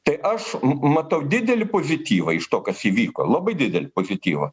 tai aš matau didelį pozityvą iš to kas įvyko labai didelį pozityvą